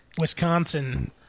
Wisconsin